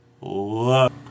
Love